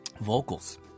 vocals